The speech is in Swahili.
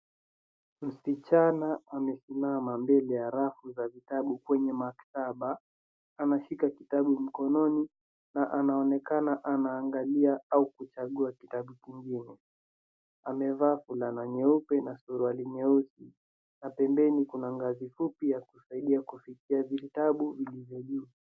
Msichana amesimama wima mbele ya rafu yenye vitabu mbele ya maktaba. Ameshika kitabu mkononi na anaonekana anaangalia au kuchagua kitabu kingine. Amevaa fulani nyeupe na suruali nyeusi na pembeni kuna ngazi fupi ya kusaidia kufikia vitabu vilivyo juu.